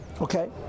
Okay